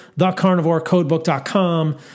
thecarnivorecodebook.com